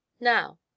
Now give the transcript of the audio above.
Now